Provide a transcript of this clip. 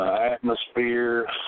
atmosphere